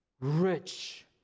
rich